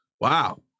wow